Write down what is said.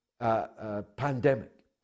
pandemic